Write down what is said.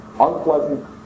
unpleasant